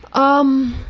um,